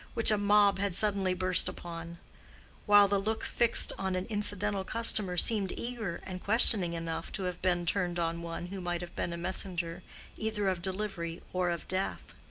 which a mob had suddenly burst upon while the look fixed on an incidental customer seemed eager and questioning enough to have been turned on one who might have been a messenger either of delivery or of death.